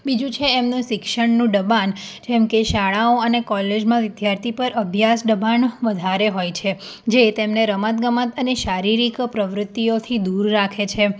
બીજું છે એમનું શિક્ષણનું દબાણ જેમકે શાળાઓ અને કોલેજમાં વિદ્યાર્થી પર અભ્યાસ દબાણ વધારે હોય છે જે તેમને રમતગમત અને શારીરિક પ્રવૃતિઓથી દૂર રાખે છે